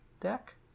deck